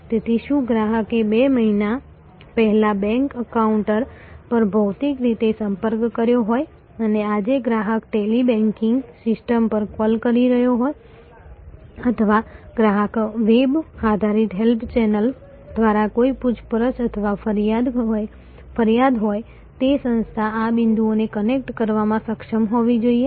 તેથી શું ગ્રાહકે બે મહિના પહેલા બેંક કાઉન્ટર પર ભૌતિક રીતે સંપર્ક કર્યો હોય અને આજે ગ્રાહક ટેલી બેંકિંગ સિસ્ટમ પર કૉલ કરી રહ્યો હોય અથવા ગ્રાહક વેબ આધારિત હેલ્પ ચેનલ દ્વારા કોઈ પૂછપરછ અથવા ફરિયાદ હોય તે સંસ્થા આ બિંદુઓને કનેક્ટ કરવામાં સક્ષમ હોવી જોઈએ